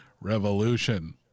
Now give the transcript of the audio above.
revolution